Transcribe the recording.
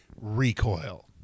recoil